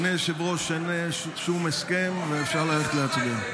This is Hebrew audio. אדוני היושב-ראש, אין שום הסכם ואפשר ללכת להצביע.